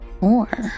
More